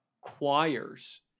choirs